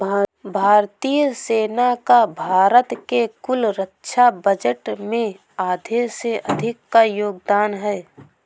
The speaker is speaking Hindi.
भारतीय सेना का भारत के कुल रक्षा बजट में आधे से अधिक का योगदान है